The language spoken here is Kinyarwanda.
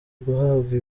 guhabwa